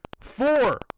four